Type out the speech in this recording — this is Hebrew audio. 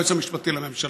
היועץ המשפטי לממשלה,